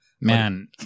Man